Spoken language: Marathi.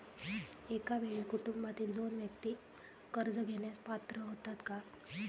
एका वेळी कुटुंबातील दोन व्यक्ती कर्ज घेण्यास पात्र होतात का?